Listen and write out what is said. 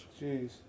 jeez